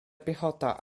piechota